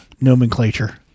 nomenclature